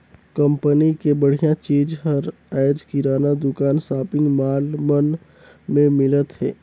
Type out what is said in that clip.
company के बड़िहा चीज हर आयज किराना दुकान, सॉपिंग मॉल मन में मिलत हे